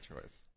choice